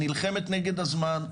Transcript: נלחמת נגד הזמן.